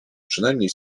przynajmniej